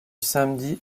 samedi